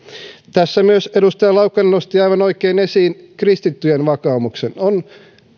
tässä myös edustaja laukkanen nosti aivan oikein esiin kristittyjen vakaumuksen on